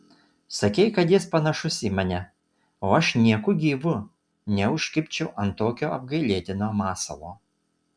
sakei kad jis panašus į mane o aš nieku gyvu neužkibčiau ant tokio apgailėtino masalo